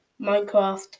Minecraft